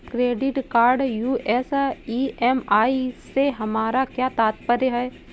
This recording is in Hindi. क्रेडिट कार्ड यू.एस ई.एम.आई से हमारा क्या तात्पर्य है?